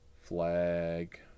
Flag